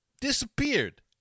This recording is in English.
disappeared